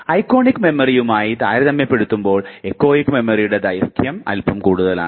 iconic മെമ്മറിയുമായി താരതമ്യപ്പെടുത്തുമ്പോൾ echoic മെമ്മറിയുടെ ദൈർഘ്യം അൽപ്പം കൂടുതലാണ്